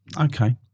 Okay